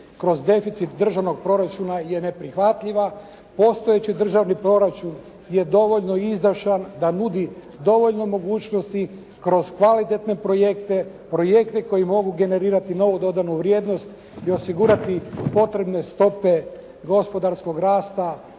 kroz deficit državnog proračuna je neprihvatljiva. Postojeći državni proračun je dovoljno izdašan da nudi dovoljno mogućnosti kroz kvalitetne projekte, projekte koji mogu generirati novu dodanu vrijednost i osigurati potrebne stope gospodarskog rasta.